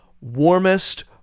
Warmest